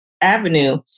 avenue